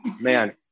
man